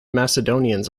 macedonians